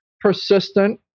persistent